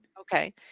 Okay